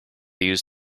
use